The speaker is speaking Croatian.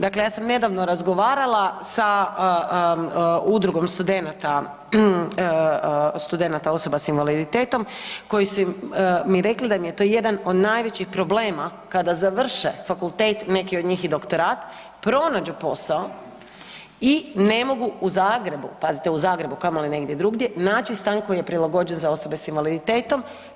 Dakle, ja sam nedavno razgovarala sa Udrugom studenata osoba s invaliditetom koji su mi rekli da im je to jedan od najvećih problema kada završe fakultet, neki od njih i doktorat pronađu posao i ne mogu u Zagrebu, pazite u Zagrebu, a kamoli negdje drugdje naći stan koji je prilagođen za osobe s invaliditetom.